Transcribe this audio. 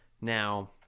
Now